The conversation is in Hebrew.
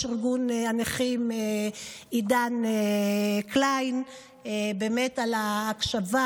ארגון הנכים עידן קלימן על ההקשבה,